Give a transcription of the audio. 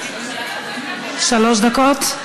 שלוש דקות?